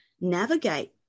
navigate